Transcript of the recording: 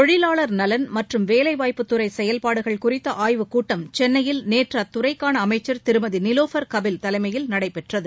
தொழிலாளர் நலன் மற்றும் வேலைவாய்ப்புத்துறைசெயல்பாடுகள் குறித்தஆய்வுக்கூட்டம் சென்னையில் நேற்றுஅத்துறைக்கானஅமைச்சா் திருமதிநிலோபா் கபில் தலைமையில் நடைபெற்றது